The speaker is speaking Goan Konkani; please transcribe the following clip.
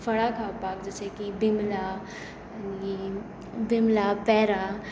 फळां खावपाक जशें की बिमलां आनी बिमलां पॅरां